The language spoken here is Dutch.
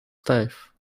stijf